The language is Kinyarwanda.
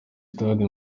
sitade